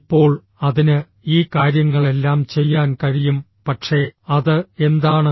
ഇപ്പോൾ അതിന് ഈ കാര്യങ്ങളെല്ലാം ചെയ്യാൻ കഴിയും പക്ഷേ അത് എന്താണ്